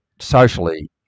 socially